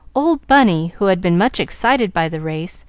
old bunny, who had been much excited by the race,